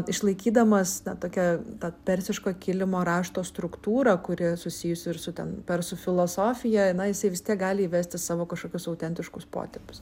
išlaikydamas tokią tą persiško kilimo rašto struktūrą kuri susijusi su ten persų filosofija na jisai vis tiek gali įvesti savo kažkokius autentiškus potėpius